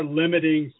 limiting